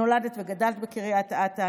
נולדת וגדלת בקריית אתא.